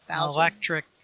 electric